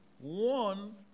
One